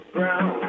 Brown